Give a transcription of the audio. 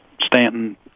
Stanton